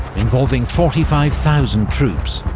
involving forty five thousand troops,